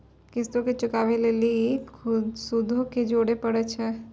किश्तो के चुकाबै लेली सूदो के जोड़े परै छै